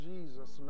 Jesus